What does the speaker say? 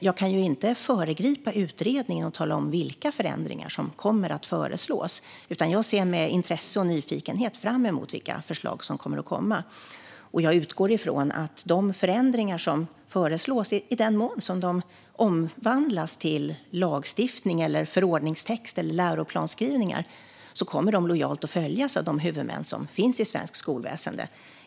Jag kan dock inte föregripa utredningen och tala om vilka förändringar som kommer att föreslås, utan jag ser med intresse och nyfikenhet fram emot vilka förslag som kommer att komma. Jag utgår också ifrån att de förändringar som föreslås - i den mån de omvandlas till lagstiftning, förordningstext eller läroplansskrivningar - kommer att lojalt följas av de huvudmän som finns i svenskt skolväsen.